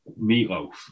Meatloaf